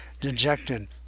dejected